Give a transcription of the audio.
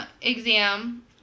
exam